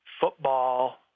football